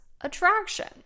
attraction